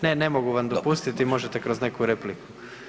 Ne ne mogu vam dopustiti možete kroz neku repliku.